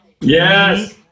Yes